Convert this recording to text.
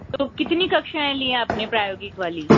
तो कितनी कक्षाएं ली है आपने प्रायोगिक वाली